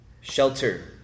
Shelter